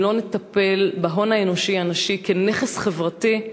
אם לא נטפל בהון האנושי הנשי כנכס חברתי,